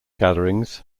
gatherings